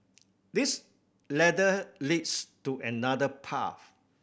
this ladder leads to another path